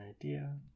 idea